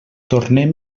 tornem